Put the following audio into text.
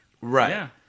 Right